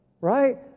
Right